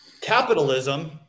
capitalism